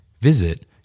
Visit